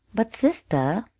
but, sister,